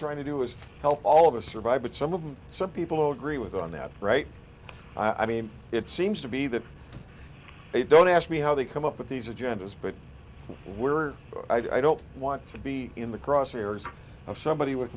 trying to do is help all of us survive but some of them some people who agree with you on that right i mean it seems to be that they don't ask me how they come up with these agendas but we're i don't want to be in the crosshairs of somebody with